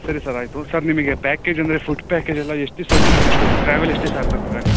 ಸರಿ ಸರ್ ಆಯಿತು ಸರ್ ನಿಮಗೆ ಪ್ಯಾಕೇಜ್ ಅಂದರೆ ಫುಡ್ ಪ್ಯಾಕೇಜೆಲ್ಲ ಎಷ್ಟು ದಿವಸ ಇರ್ತೀರ ಟ್ರಾವೆಲ್ ಎಷ್ಟು ದಿವಸ ಆಗಬೇಕು ಗಾಡಿ